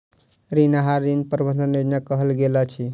ऋण आहार, ऋण प्रबंधन योजना के कहल गेल अछि